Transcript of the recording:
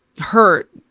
hurt